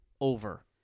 over